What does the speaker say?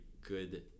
good